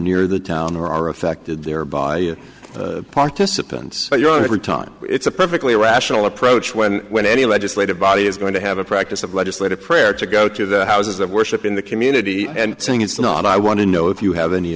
near the town or are affected there by participants your own every time it's a perfectly rational approach when when any legislative body is going to have a practice of legislative prayer to go to the houses of worship in the community and saying it's not i want to know if you have any